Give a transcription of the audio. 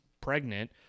pregnant